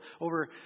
over